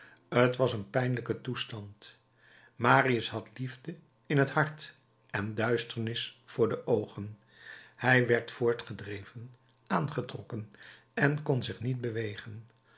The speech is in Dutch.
t was een pijnlijke toestand marius had liefde in het hart en duisternis voor de oogen hij werd voortgedreven aangetrokken en kon zich niet bewegen